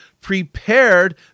prepared